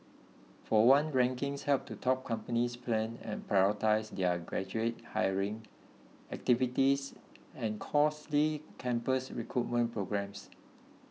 for one rankings help to top companies plan and prioritise their graduate hiring activities and costly campus recruitment programmes